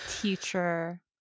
teacher